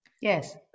yes